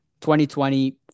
2020